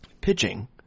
pitching